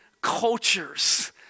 cultures